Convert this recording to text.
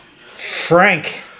Frank